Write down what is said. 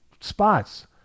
spots